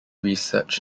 research